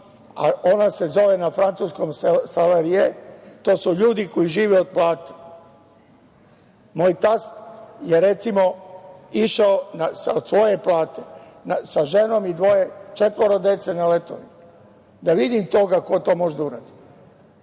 a ona se zove na francuskom „salarijes“, to su ljudi koji žive od plate. Moj tast, je recimo, išao od svoje plate sa ženom i četvoro dece na letovanje. Da vidim ko to može da uradi